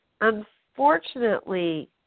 Unfortunately